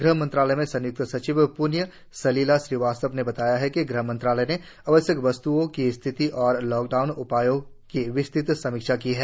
गृह मंत्रालय में संयुक्त सचिव पुण्य सलिला श्रीवास्तव ने कहा कि गृह मंत्रालय ने आवश्यक वस्त्ओं की स्थिति और लॉकडाउन उपायों की विस्तृत समीक्षा की है